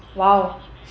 !wow!